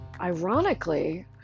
ironically